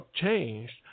changed